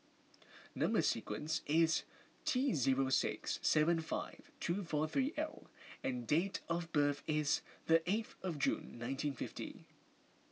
Number Sequence is T zero six seven five two four three L and date of birth is the eighth of June nineteen fifty